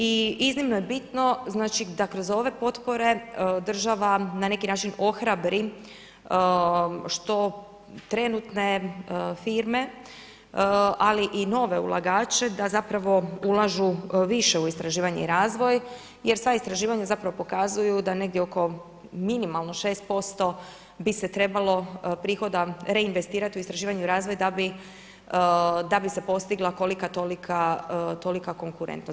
I iznimno je bitno, znači da kroz ove potpore država na neki način ohrabri što trenutne firme, ali i nove ulagače, da zapravo ulažu više u istraživanje i razvoj, jer sva istraživanja zapravo pokazuju da negdje oko minimalno 6% bi se trebalo prihoda reinvestirati u istraživanje i razvoj da bi se postigla kolika tolika konkurentnost.